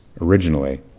originally